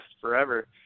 forever